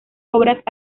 obras